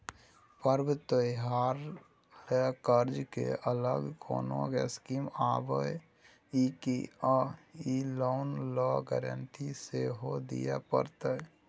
पर्व त्योहार ल कर्ज के अलग कोनो स्कीम आबै इ की आ इ लोन ल गारंटी सेहो दिए परतै?